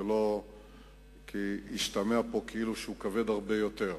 ולא כפי שהשתמע פה כאילו הוא כבד הרבה יותר.